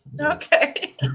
Okay